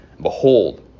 Behold